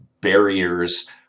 barriers